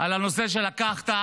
על הנושא שלקחת.